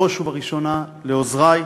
ובראש ובראשנה לעוזרי,